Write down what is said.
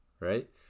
right